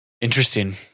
Interesting